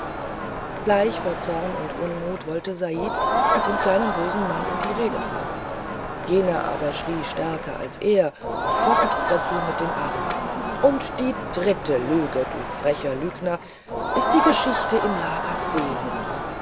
bleich vor zorn und unmut wollte said dem kleinen bösen mann in die rede fallen jener aber schrie stärker als er und focht dazu mit den armen und die dritte lüge du frecher lügner ist die geschichte im lager selims